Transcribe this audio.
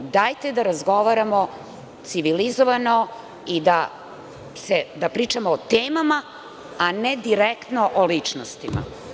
Dajte da razgovaramo civilizovano i da pričamo o temama, a ne direktno o ličnostima.